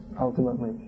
ultimately